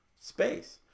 space